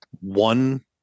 one